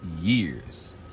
years